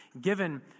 given